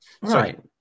Right